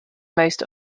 most